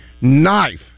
knife